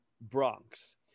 Bronx